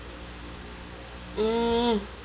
mm